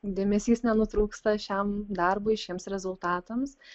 dėmesys nenutrūksta šiam darbui šiems rezultatams